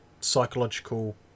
psychological